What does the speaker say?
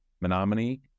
Menominee